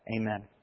Amen